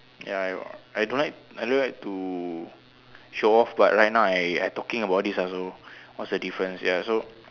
ya I don't like I don't like to show off but right now I I talking about this ah so what's the difference ya so